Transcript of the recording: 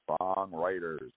songwriters